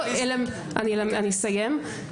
אני אסיים.